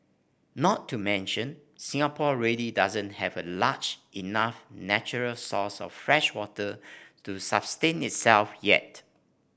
not to mention Singapore really doesn't have a large enough natural source of freshwater to sustain itself yet